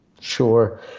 Sure